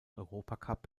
europacup